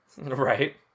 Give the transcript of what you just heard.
Right